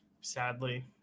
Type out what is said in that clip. sadly